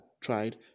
tried